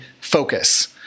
focus